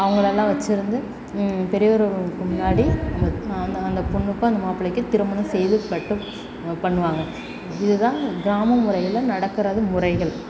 அவங்களலாம் வெச்சிருந்து பெரியோர்களுக்கு முன்னாடி முத் அந்த அந்த பொண்ணுக்கும் அந்த மாப்பிளைக்கும் திருமணம் செய்து பட்டும் பண்ணுவாங்க இது தான் கிராமம் முறையில் நடக்கிறது முறைகள்